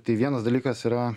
tai vienas dalykas yra